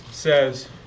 Says